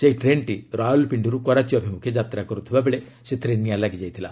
ସେହି ଟ୍ରେନ୍ଟି ରାଓ୍ୱଲପିଣ୍ଡିରୁ କରାଚୀ ଅଭିମୁଖେ ଯାତ୍ରା କରୁଥିବାବେଳେ ସେଥିରେ ନିଆଁ ଲାଗିଯାଇଥିଲା